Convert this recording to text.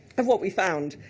of what we found.